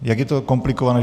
Jak je to komplikované?